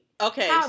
Okay